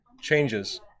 changes